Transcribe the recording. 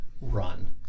Run